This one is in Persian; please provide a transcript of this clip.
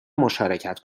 مشارکت